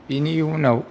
बेनि उनाव